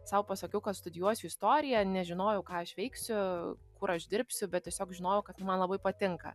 sau pasakiau kad studijuosiu istoriją nežinojau ką aš veiksiu kur aš dirbsiu bet tiesiog žinojau kad tai man labai patinka